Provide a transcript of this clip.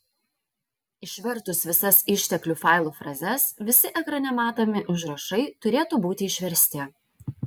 išvertus visas išteklių failų frazes visi ekrane matomi užrašai turėtų būti išversti